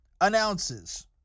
announces